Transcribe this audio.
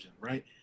right